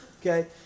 Okay